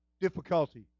difficulty